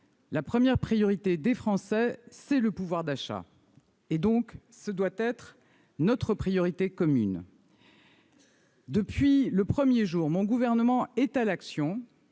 la première priorité des Français, c'est le pouvoir d'achat. Ce doit être aussi notre priorité commune. Depuis le premier jour, mon gouvernement est à l'action,